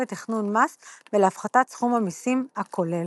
לתכנון מס ולהפחתת סכום המיסים הכולל,